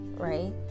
right